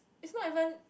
it's not even